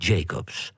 Jacobs